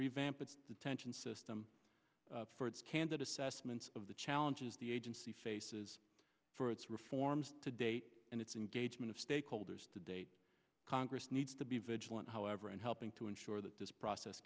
revamp its detention system for its candid assessments of the challenges the agency faces for its reforms to date and its engagement of stakeholders to date congress needs to be vigilant however in helping to ensure that this process